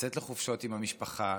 לצאת לחופשות עם המשפחה,